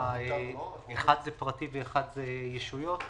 אחד זה פרטי ואחד זה ישויות?